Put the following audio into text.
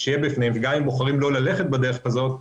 גם אם הם בוחרים לא ללכת בדרך הזאת,